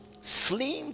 Slim